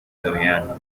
doriane